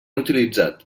utilitzat